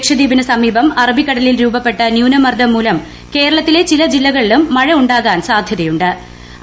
ലക്ഷദ്വീപിന് സമീപം അറബിക്കടലിൽ രൂപപ്പെട്ട ന്യൂനമർദ്ദം മൂലം കേരളത്തിലെ ചില ജില്ലകളിലും മഴ ഉാകാൻ സാധ്യതയു്